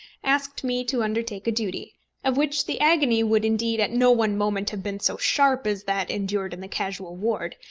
asked me to undertake a duty of which the agony would indeed at no one moment have been so sharp as that endured in the casual ward,